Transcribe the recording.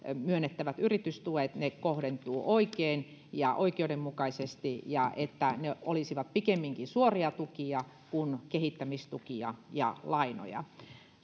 myönnettävät yritystuet kohdentuvat oikein ja oikeudenmukaisesti ja että ne olisivat pikemminkin suoria tukia kuin kehittämistukia ja lainoja